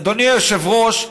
אדוני היושב-ראש,